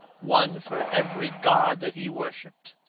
one for every god that he worshipped.